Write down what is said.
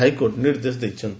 high court ନିର୍ଦ୍ଦେଶ ଦେଇଛନ୍ତି